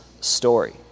story